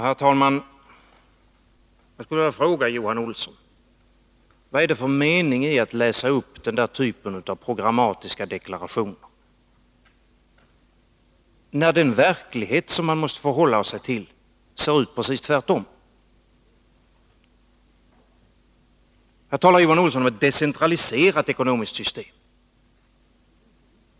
Herr talman! Jag skulle vilja fråga Johan Olsson: Vad är det för mening med att läsa upp den typen av programmatiska deklarationer, när den verklighet som man måste förhålla sig till ser ut precis tvärtom? Här talar Johan Olsson om ett decentraliserat ekonomiskt system.